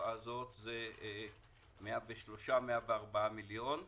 בתקופה הזאת הראתה 103 104 מיליון שקל,